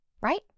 right